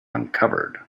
uncovered